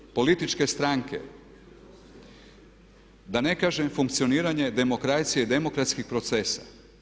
Ustav, političke stranke, da ne kažem funkcioniranje demokracije i demokratskih procesa.